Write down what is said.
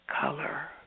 color